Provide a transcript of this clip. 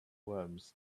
worms